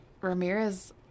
Ramirez